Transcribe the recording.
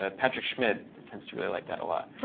ah patrick schmidt tends to really like that a lot.